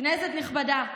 כנסת נכבדה,